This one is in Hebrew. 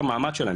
שנאבקות על כסף,